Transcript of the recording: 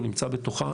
זה נמצא בתוכו.